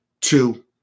two